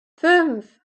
fünf